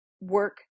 work